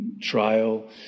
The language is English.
trial